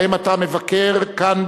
שבהם אתה מבקר כאן,